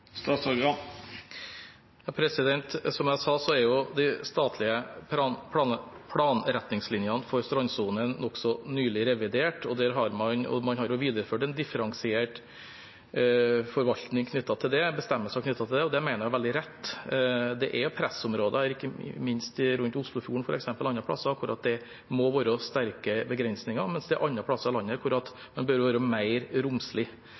Som jeg sa, er de statlige planretningslinjene for strandsonen nokså nylig revidert, og man har videreført en differensiert forvaltning knyttet til det i bestemmelsene. Det mener jeg er veldig rett. Det er pressområder – ikke minst rundt Oslofjorden, f.eks., og andre plasser – der det må være sterke begrensninger, mens det er andre plasser i landet der man bør være mer romslig.